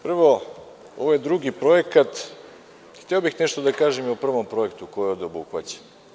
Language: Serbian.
Prvo, ovo je drugi projekat, a hteo bih nešto da kažem i o prvom projektu koji je ovde obuhvaćen.